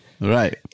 Right